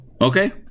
Okay